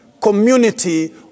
community